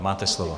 Máte slovo.